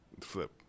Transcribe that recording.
Flip